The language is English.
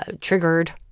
triggered